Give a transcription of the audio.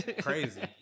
Crazy